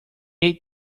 ate